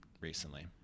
recently